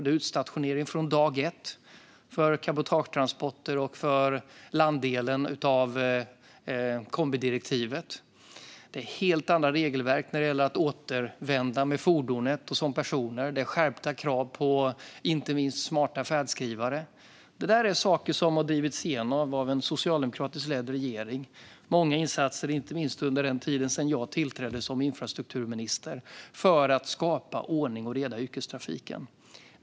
Det är utstationering från dag ett för cabotagetransporter och för landdelen av kombidirektivet. Det är helt andra regelverk när det gäller att återvända med fordonet och som personer. Det är skärpta krav på inte minst smarta färdskrivare. Detta är saker som har drivits igenom av en socialdemokratiskt ledd regering - många insatser, inte minst under tiden sedan jag tillträdde som infrastrukturminister, för att skapa ordning och reda i yrkestrafiken.